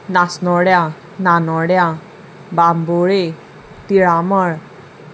नासनोड्या नानोड्यां बांबोळी तिळामळ